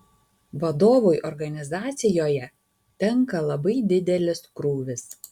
vadovui organizacijoje tenka labai didelis krūvis